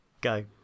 go